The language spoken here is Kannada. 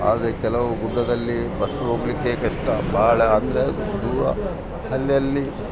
ಆದರೆ ಕೆಲವು ಗುಡ್ಡದಲ್ಲಿ ಬಸ್ ಹೋಗ್ಲಿಕ್ಕೆ ಕಷ್ಟ ಬಹಳ ಅಂದರೆ ದೂರ ಅಲ್ಲಿ ಅಲ್ಲಿ